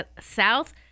south